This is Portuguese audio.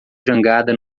jangada